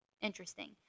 interesting